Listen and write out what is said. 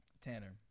Tanner